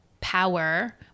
power